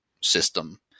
system